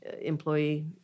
employee